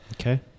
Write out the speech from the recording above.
Okay